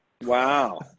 Wow